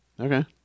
Okay